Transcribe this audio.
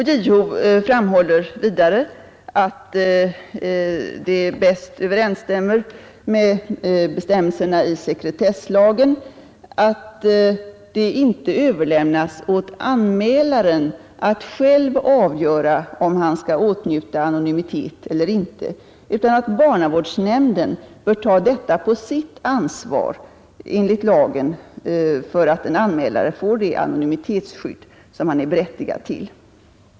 JO framhåller vidare att det bäst överensstämmer med bestämmelserna i sekretesslagen att det inte överlämnas åt anmälaren att själv avgöra om han skall åtnjuta anonymitet eller inte. Barnavårdsnämnden bör enligt lagen ta detta på sitt ansvar för att en anmälare skall få det anonymitetsskydd som han är berättigad till.